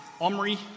Omri